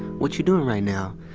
what you doin' right now?